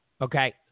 Okay